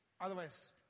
Otherwise